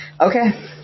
Okay